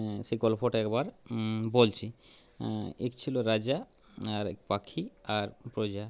সেই গল্পটা একবার বলছি এক ছিল রাজা আর এক পাখি আর প্রজা